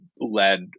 led